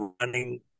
running